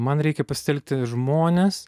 man reikia pasitelkti žmones